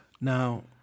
Now